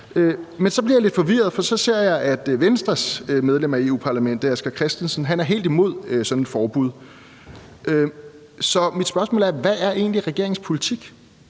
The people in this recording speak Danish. Men så bliver jeg lidt forvirret, for så ser jeg, at Venstres medlem af Europa-Parlamentet Asger Christensen er helt imod sådan et forbud. Så mit spørgsmål er: Hvad er egentlig regeringens politik?